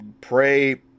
pray